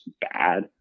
bad